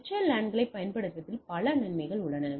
எனவே VLAN களைப் பயன்படுத்துவதில் பல நன்மைகள் உள்ளன